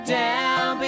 down